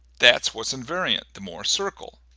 thats whats invariant, the mohr circle.